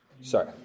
Sorry